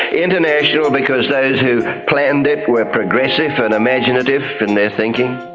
international because those who planned it were progressive and imaginative in their thinking,